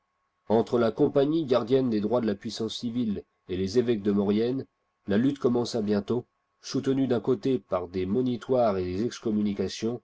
entre la compagnie gardienne des droits de la puissance civile et les évêques de maurienne la lutte commença bientôt soutenue d'un côté par des monitoires et des